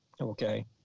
okay